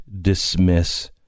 dismiss